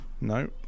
No